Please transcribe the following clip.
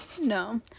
no